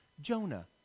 Jonah